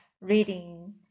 reading